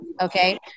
Okay